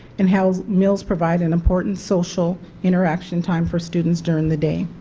and how meals provide an important social interaction time for students during the day.